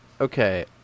Okay